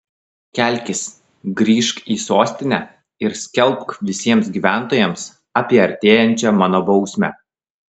kelkis grįžk į sostinę ir skelbk visiems gyventojams apie artėjančią mano bausmę